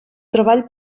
treball